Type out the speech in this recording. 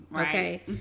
okay